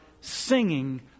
singing